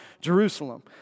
Jerusalem